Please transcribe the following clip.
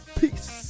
Peace